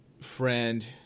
friend